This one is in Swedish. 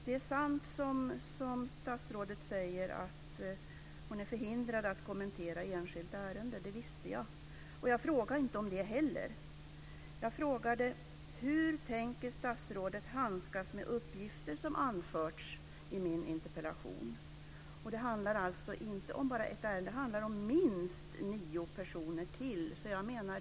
Det är sant som statsrådet säger, att hon är förhindrad att kommentera enskilda ärenden. Det visste jag, och det var inte heller det som jag frågade om. Jag frågade: Hur tänker statsrådet handskas med de uppgifter som anförts i min interpellation? Det handlar alltså inte om bara ett ärende, utan det handlar om minst ytterligare nio personer.